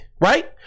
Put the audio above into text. right